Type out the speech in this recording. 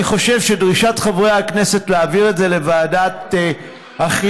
אני חושב שדרישת חברי הכנסת להעביר את זה לוועדת החינוך,